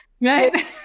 Right